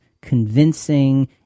convincing